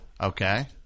Okay